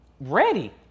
ready